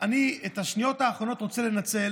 אני רוצה לנצל